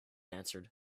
answered